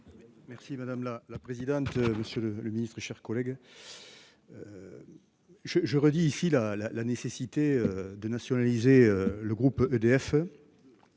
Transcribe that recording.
Merci madame la présidente, monsieur le ministre et chers collègues. Je je redis ici la, la, la nécessité de nationaliser le groupe EDF.